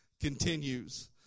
continues